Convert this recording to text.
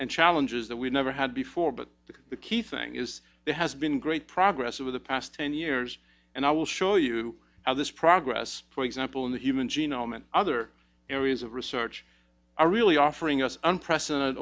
and challenges that we never had before but the key thing is there has been great progress over the past ten years and i will show you how this progress for example in the human genome and other areas of research are really offering us unprecedented